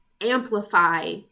amplify